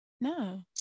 no